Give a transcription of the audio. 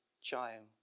child